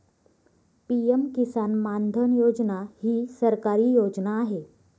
PM Kisan Maandhan Yojana ही सरकारी योजना आहे